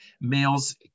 males